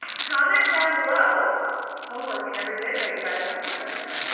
comment down below homework and every video you guys homework every time.